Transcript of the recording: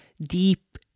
deep